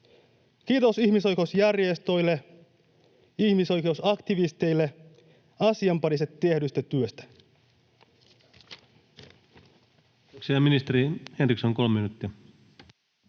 Kiitos ihmisoikeusjärjestöille ja ihmisoikeusaktivisteille asian parissa tehdystä työstä!